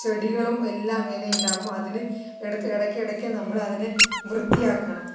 ചെടികളും എല്ലാം അങ്ങനെ ഉണ്ടാകും അതിന് ഈ ഇടത്ത് ഇടയ്ക്കിടക്ക് നമ്മൾ അതിനെ വൃത്തിയാക്കണം